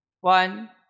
One